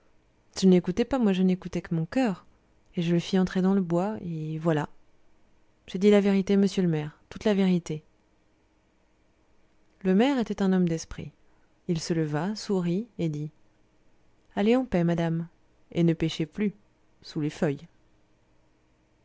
je ne l'écoutais pas moi je n'écoutais que mon coeur et je le fis entrer dans le bois et voilà j'ai dit la vérité monsieur le maire toute la vérité le maire était un homme d'esprit il se leva sourit et dit allez en paix madame et ne péchez plus sous les feuilles